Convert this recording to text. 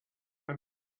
and